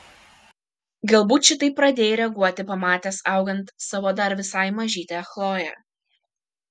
galbūt šitaip pradėjai reaguoti pamatęs augant savo dar visai mažytę chloję